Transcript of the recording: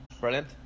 brilliant